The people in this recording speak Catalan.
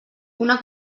una